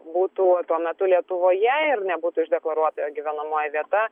būtų tuo metu lietuvoje ir nebūtų išdeklaruota jo gyvenamoji vieta